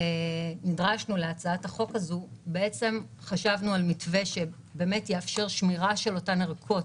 כשנדרשנו להצעת החוק הזאת חשבנו על מתווה שיאפשר שמירה של אותן ערכות